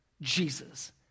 Jesus